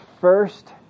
first